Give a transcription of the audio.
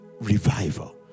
revival